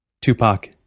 Tupac